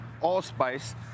allspice